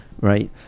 right